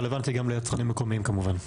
רלוונטי גם ליצרנים מקומיים כמובן.